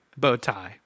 Bowtie